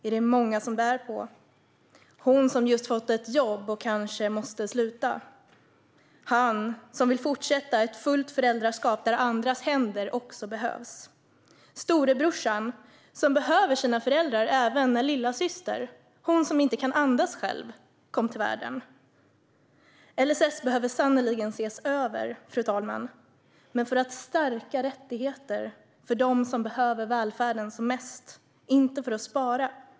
Klumpen i magen bars av henne som just hade fått ett jobb och kanske måste sluta, av honom som ville fortsätta ett fullt föräldraskap där andras händer också behövdes, av storebrorsan som behövde sina föräldrar även när lillasyster som inte kan andas själv kom till världen. LSS behöver sannerligen ses över, fru talman, för att stärka rättigheter för dem som behöver välfärden mest, inte för att spara.